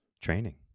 training